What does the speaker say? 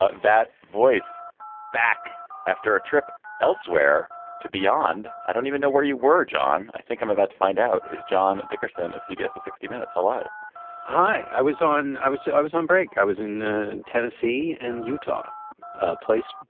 ah that voice back after a trip elsewhere to beyond. i don't even know where you were, john. i think i'm about to find out is john dickerson of cbs sixty minutes. hello hi. i was on i was i was on break. i was in ah and tennessee and utah ah place.